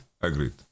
Agreed